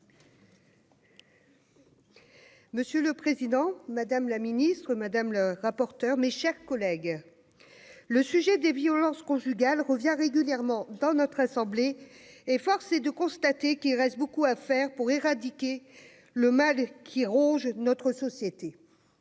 Monsieur le président, madame la ministre, mes chers collègues, le sujet des violences conjugales revient régulièrement devant notre assemblée, et force est de constater qu'il reste beaucoup à faire pour éradiquer ce mal qui ronge notre société.